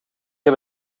heb